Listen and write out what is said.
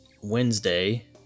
wednesday